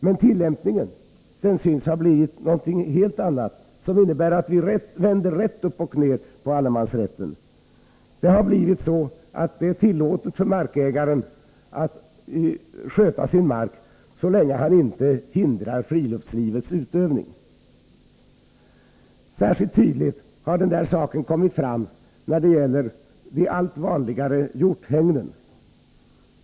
Men tillämpningen synes ha blivit en helt annan, så att man vänder rätt upp och ned på allemansrätten. Det är tillåtet för markägaren att sköta sin mark, endast så länge han inte hindrar friluftslivets utövning. Särskilt tydligt har denna sak kommit fram när det gäller de allt vanligare hjorthägnen.